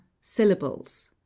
Syllables